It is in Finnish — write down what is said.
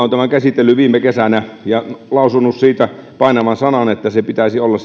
on tämän käsitellyt viime kesänä ja lausunut siitä painavan sanan että sen pitäisi olla